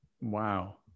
Wow